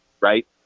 Right